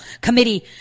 Committee